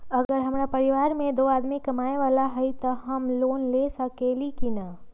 अगर हमरा परिवार में दो आदमी कमाये वाला है त हम लोन ले सकेली की न?